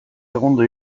segundo